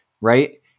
right